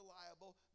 reliable